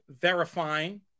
Verifying